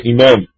Imam